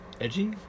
Edgy